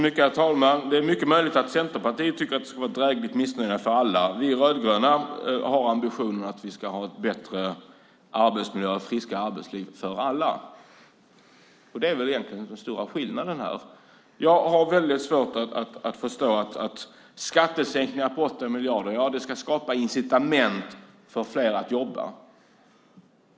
Herr talman! Det är mycket möjligt att Centerpartiet tycker att det ska vara ett drägligt missnöje för alla. Vi rödgröna har ambitionen att ha en bättre arbetsmiljö och ett friskare arbetsliv för alla. Det är väl egentligen den stora skillnaden här. Jag har väldigt svårt att förstå att skattesänkningar på 80 miljarder skapar incitament för flera att jobba.